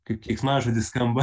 kaip keiksmažodis skamba